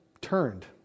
turned